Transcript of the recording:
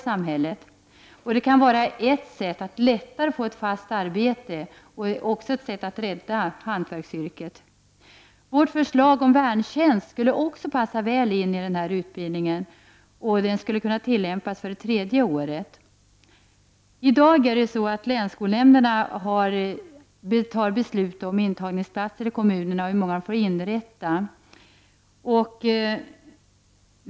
Detta kan vara ett sätt att lättare få ett fast arbete och också ett sätt att rädda hantverksyrket. Vårt förslag om värntjänst skulle också passa väl in i denna utbildning och skulle kunna tillämpas för det tredje året. I dag är det länsskolnämnderna som fattar beslut om hur många intagningsplatser som kommunerna får inrätta.